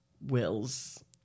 Wills